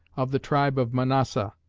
of the tribe of manasseh,